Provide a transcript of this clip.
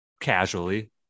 casually